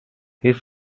his